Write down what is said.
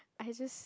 I just